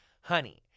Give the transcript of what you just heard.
Honey